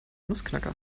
nussknacker